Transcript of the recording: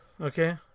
Okay